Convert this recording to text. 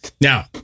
Now